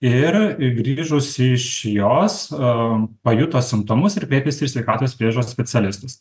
ir grįžus iš jos pajuto simptomus ir kreipėsi į sveikatos priežiūros specialistus